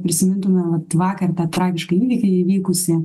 prisimintume vat vakar tą tragišką įvykį įvykusi